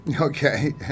Okay